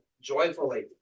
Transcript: joyfully